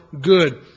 good